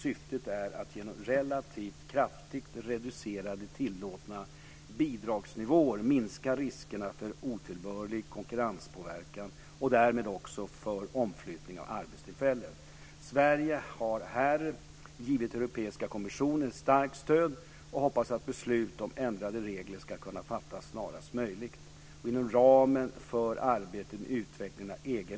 Syftet är att genom relativt kraftigt reducerade tillåtna bidragsnivåer minska riskerna för otillbörlig konkurrenspåverkan och därmed också för omflyttning av arbetstillfällen. Sverige har här givit Europeiska kommissionen ett starkt stöd och hoppas att beslut om ändrade regler ska kunna fattas snarast möjligt.